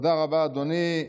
תודה רבה, אדוני.